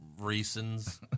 Reasons